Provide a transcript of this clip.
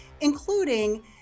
including